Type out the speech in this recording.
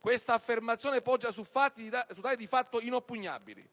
Questa affermazione poggia su dati di fatto inoppugnabili.